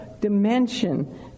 dimension